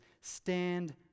stand